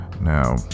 Now